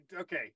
Okay